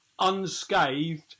unscathed